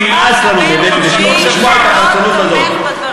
נמאס לנו באמת לשמוע את הפרשנות הזאת.